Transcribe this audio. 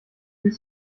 die